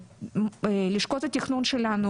ולשכות התכנון שלנו,